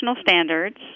Standards